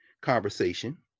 conversation